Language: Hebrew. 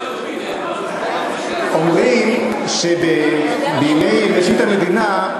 אומרים שבימי ראשית המדינה,